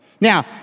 Now